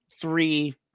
three